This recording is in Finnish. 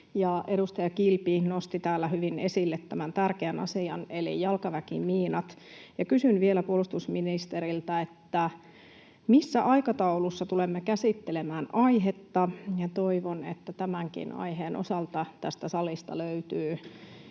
esille tämän tärkeän asian, eli jalkaväkimiinat, ja kysyn vielä puolustusministeriltä: missä aikataulussa tulemme käsittelemään aihetta? Toivon, että tämänkin aiheen osalta tästä salista löytyy